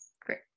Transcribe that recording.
great